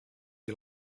you